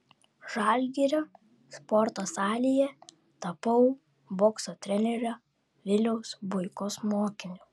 žalgirio sporto salėje tapau bokso trenerio viliaus buikos mokiniu